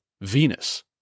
Venus